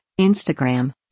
Instagram